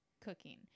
cooking